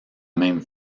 même